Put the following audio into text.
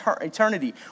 eternity